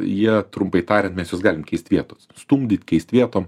jie trumpai tariant mes juos galim keist vietos stumdyt keist vietom